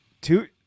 two